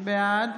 בעד